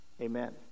Amen